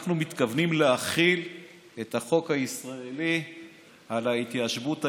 אנחנו מתכוונים להחיל את החוק הישראלי על ההתיישבות היהודית,